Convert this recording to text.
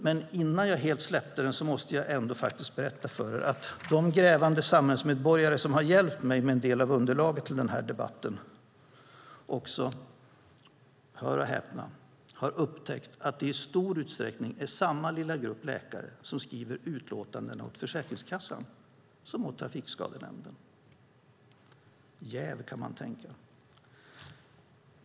Men innan jag helt släpper den tanken måste jag ändå berätta för er att de grävande samhällsmedborgare som har hjälpt mig med en del av underlaget till den här debatten också, hör och häpna, har upptäckt att det i stor utsträckning är samma lilla grupp läkare som skriver utlåtanden åt Försäkringskassan som åt Trafikskadenämnden. Jäv, kan man tänka.